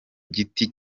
giti